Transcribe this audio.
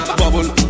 bubble